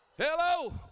hello